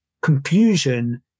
confusion